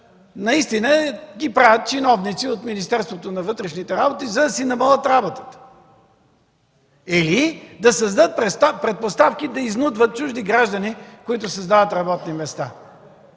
наистина ги правят чиновници от Министерството на вътрешните работи, за да си намалят работата или да създадат предпоставки да изнудват чужди граждани, които създават работни места.